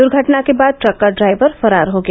दूर्घटना के बाद ट्रक का ड्राइवर फरार हो गया